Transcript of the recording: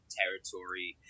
territory